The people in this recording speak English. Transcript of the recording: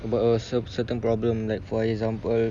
about a certain problem like for example